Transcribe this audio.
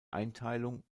einteilung